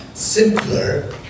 Simpler